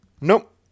Nope